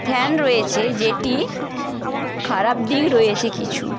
fan রয়েছে যেটি খারাপ দিক রয়েছে কিছু